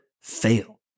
fail